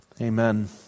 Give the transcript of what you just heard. Amen